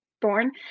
born